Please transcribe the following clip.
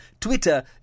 Twitter